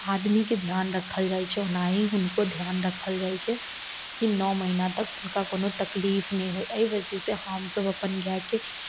आदमीके ध्यान रखल जाइ छै ओनाही हुनको ध्यान रखल जाइ छै कि नओ महिना तक हुनका कुनो तकलीफ नहि होइ एहि वजह से हमसभ अपन गायके